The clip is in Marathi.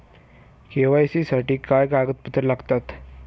के.वाय.सी साठी काय कागदपत्रे लागतात?